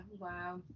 wow